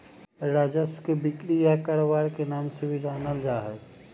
राजस्व के बिक्री या कारोबार के नाम से भी जानल जा हई